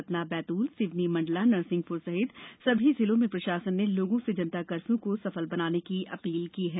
सतना बैतूल सिवनी मंडला नरसिंहपुर सहित सभी जिलों में प्रशासन ने लोगों से जनता कफ़र्यू को सफल बनाने की अपील की है